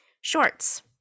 Shorts